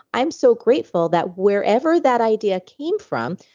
i'm so grateful that wherever that idea came from,